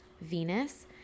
Venus